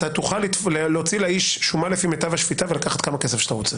אתה תוכל להוציא לאיש שומה לפי מיטב השפיטה ולקחת כמה כסף שאתה רוצה.